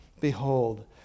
Behold